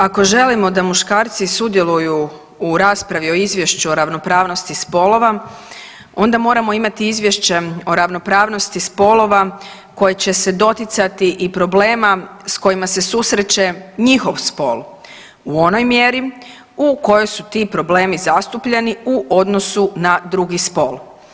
Ako želimo da muškarci sudjeluju u raspravi o Izvješću o ravnopravnosti spolova onda moramo imati izvješće o ravnopravnosti spolova koje će se doticati i problema s kojima se susreće njihov spol u onoj mjeri u kojoj su ti problemi zastupljeni u odnosu na drugi spol.